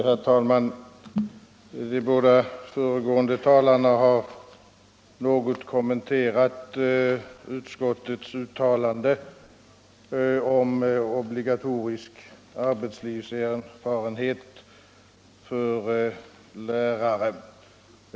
Herr talman! De båda föregående talarna har något kommenterat utskottets uttalande om obligatorisk arbetslivserfarenhet för lärare.